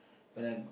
when I